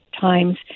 times